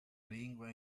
lingua